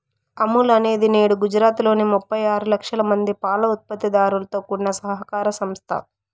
అమూల్ అనేది నేడు గుజరాత్ లోని ముప్పై ఆరు లక్షల మంది పాల ఉత్పత్తి దారులతో కూడిన సహకార సంస్థ